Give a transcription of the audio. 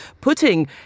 putting